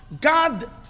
God